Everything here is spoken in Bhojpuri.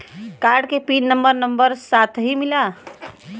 कार्ड के पिन नंबर नंबर साथही मिला?